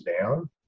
down